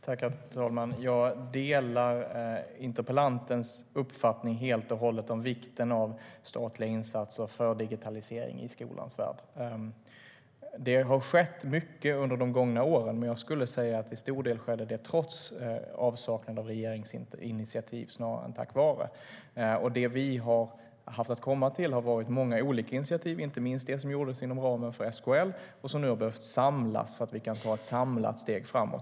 Herr talman! Jag delar helt och hållet interpellantens uppfattning om vikten av statliga insatser för digitalisering i skolans värld. Det har skett mycket under de gångna åren. Men jag skulle vilja säga att det till stor del skedde trots avsaknad av regeringsinitiativ snarare än tack vare regeringsinitiativ. Det som vi har haft att komma till har varit många olika initiativ, inte minst det som gjordes inom ramen för SKL och som nu har behövt samlas, så att vi kan ta ett samlat steg framåt.